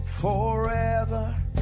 forever